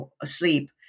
asleep